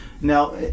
Now